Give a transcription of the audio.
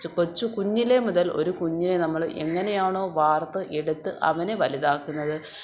കൊച്ചു കുഞ്ഞിലെ മുതൽ ഒരു കുഞ്ഞിനെ നമ്മൾ എങ്ങനെയാണോ വാർത്തു എടുത്തു അവനെ വലുതാക്കുന്നത്